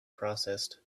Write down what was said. processed